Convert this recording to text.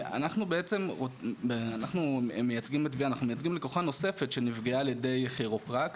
אנחנו מייצגים לקוחה נוספת שנפגעה על ידי כירופרקט,